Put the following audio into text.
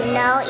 no